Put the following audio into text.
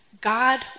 God